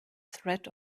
threat